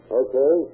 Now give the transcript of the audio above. okay